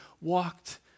walked